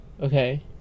Okay